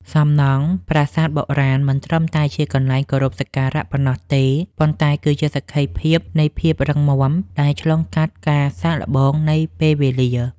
សំណង់ប្រាសាទបុរាណមិនត្រឹមតែជាកន្លែងគោរពសក្ការៈប៉ុណ្ណោះទេ ប៉ុន្តែគឺជាសក្ខីភាពនៃភាពរឹងមាំដែលឆ្លងកាត់ការសាកល្បងនៃពេលវេលា។